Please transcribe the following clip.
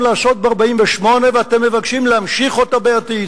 לעשות ב-1948 ואתם מבקשים להמשיך אותה בעתיד.